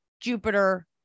Jupiter